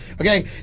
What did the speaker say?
okay